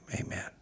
amen